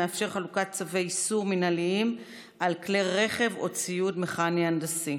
המאפשר חלוקת צווי איסור מינהליים על כלי רכב או ציוד מכני הנדסי,